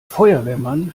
feuerwehrmann